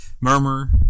murmur